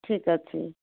ଠିକ୍ ଅଛି